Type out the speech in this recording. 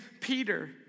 Peter